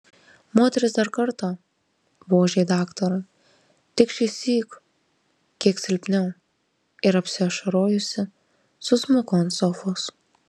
moteris dar kartą vožė daktarui tik šįsyk kiek silpniau ir apsiašarojusi susmuko ant sofos